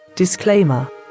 disclaimer